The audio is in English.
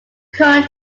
current